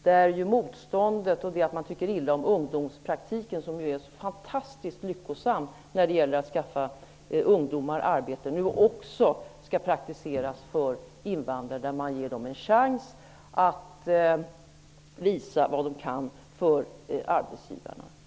Det finns ju ett motstånd mot bl.a. ungdomspraktiken -- som är ju så fantastiskt lyckosam när det gäller att skaffa ungdomar arbete. Nu skall detta praktiseras på invandrare. De skall ges en chans att visa vad de kan för arbetsgivarna.